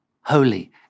holy